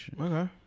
okay